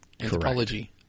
Anthropology